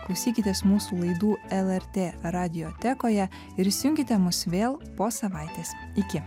klausykitės mūsų laidų lrt radiotekoje ir įsijunkite mus vėl po savaitės iki